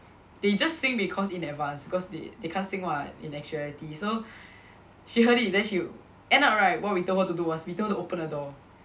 they just sing because in advance because they they can't sing [what] in actuality so she heard it then she end up right what we told her to do was we told her to open the door